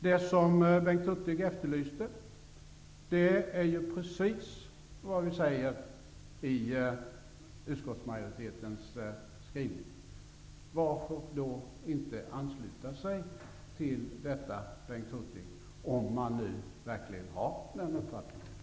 Det Bengt Hurtig efterlyste är precis vad vi säger i utskottsmajoritetens skrivning. Varför då inte ansluta sig till denna, Bengt Hurtig, om ni nu verkligen har den uppfattningen?